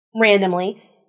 randomly